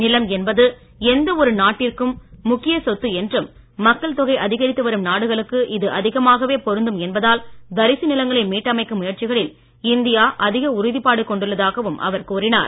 நிலம் என்பது எந்த ஒரு நாட்டிற்கும் முக்கிய சொத்து என்றும் மக்கள் தொகை அதிகரித்து வரும் நாடுகளுக்கு இது அதிகமாகவே பொருந்தும் என்பதால் தரிசு நிலங்களை மீட்டமைக்கும் முயற்சிகளில் இந்திய அதிக உறுதிப்பாடு கொண்டுள்ளதாகவும் அவர் கூறினார்